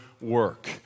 work